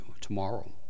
tomorrow